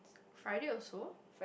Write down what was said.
Friday also